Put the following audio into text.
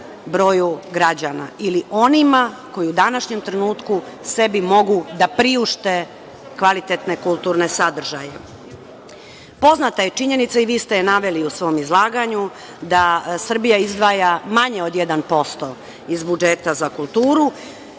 broju građana ili onima koji u današnjem trenutku sebi mogu da priušte kvalitetne kulturne sadržaje. Poznata je činjenica, i vi ste je naveli u svom izlaganju, da Srbija izdvaja manje od 1% iz budžeta za kulturu.